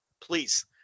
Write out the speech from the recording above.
please